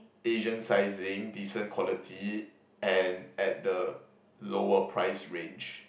Asian sizing decent quality and at the lower price range